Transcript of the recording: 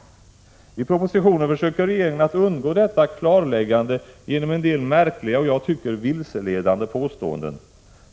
6 maj 1987 I propositionen försöker regeringen att undgå detta klarläggande genom en del märkliga och enligt min mening vilseledande påståenden.